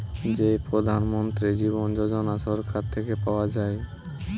যেই প্রধান মন্ত্রী জীবন যোজনা সরকার থেকে পাওয়া যায়